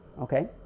okay